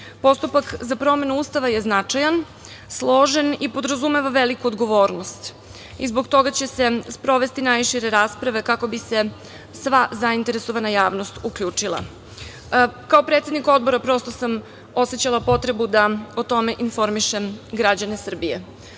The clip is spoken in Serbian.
primedbe. Postupak za promenu Ustava je značajan, složen i podrazumeva veliku odgovornost. Zbog toga će se sprovesti najšire rasprave, kako bi se sva zainteresovana javnost uključila. Kao predsednik Odbora, prosto sam osećala potrebu da o tome informišem građane Srbije. Na